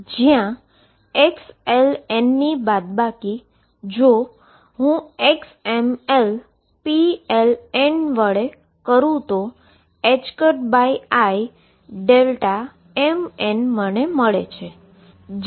જેમાં xlnની બાદબાકી જો હું xmlpln વડે કરુ તો imn મળે છે